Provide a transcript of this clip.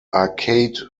arcade